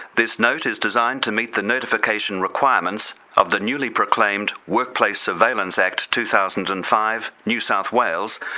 this note is designed to meet the notification requirements of the newly-proclaimed workplace surveillance act, two thousand and five, new south wales,